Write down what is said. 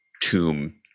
tomb